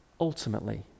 ultimately